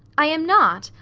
i am not!